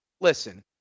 Listen